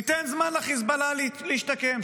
ניתן זמן לחיזבאללה להשתקם,